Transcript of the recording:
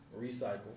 recycle